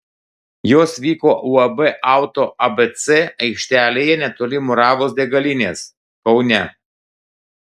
jos vyko uab auto abc aikštelėje netoli muravos degalinės kaune